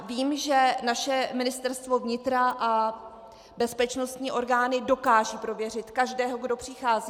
Vím, že naše Ministerstvo vnitra a bezpečnostní orgány dokážou prověřit každého, kdo přichází.